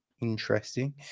interesting